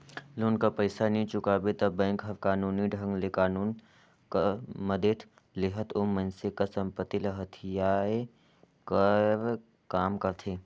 loan कर पइसा नी चुकाबे ता बेंक हर कानूनी ढंग ले कानून कर मदेत लेहत ओ मइनसे कर संपत्ति ल हथियाए कर काम करथे